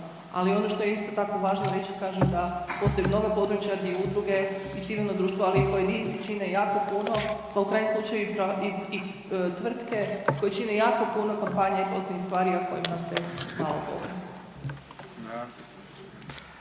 Ali ono što je isto tako važno reći, kažem da postoje mnoga područja gdje udruge i civilno društvo, ali i pojedinci čine jako puno, pa u krajnjem slučaju i tvrtke koje čine jako puno kampanja i …/Govornik se ne razumije/… stvari o kojima se malo govori.